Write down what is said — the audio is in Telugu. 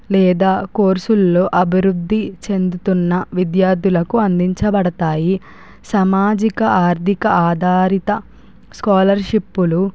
లేదా కోర్సు ల్లో అభివృద్ధి చెందుతున్న విద్యార్థులకు అందించబడతాయి సమాజిక ఆర్థిక ఆధారిత స్కాలర్షిప్పులు